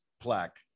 plaque